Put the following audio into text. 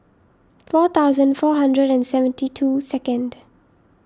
four thousand four hundred and seventy two second